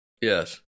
Yes